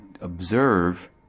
observe